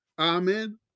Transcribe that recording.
Amen